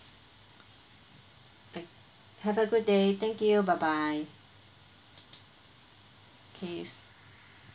have a good day thank you bye bye okay